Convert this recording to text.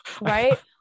Right